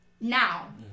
now